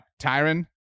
Tyron